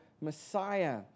Messiah